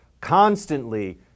constantly